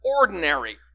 ordinary